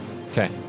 Okay